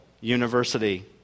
University